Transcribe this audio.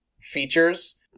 features